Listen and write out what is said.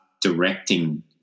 directing